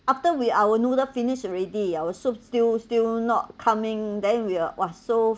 after we our noodle finish already ya our soup still still not coming then we're !wah! so